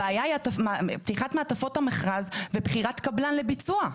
הבעיה היא פתיחת מעטפות המכרז ובחירת קבלן לביצוע.